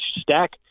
stack